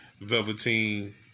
Velveteen